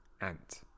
Ant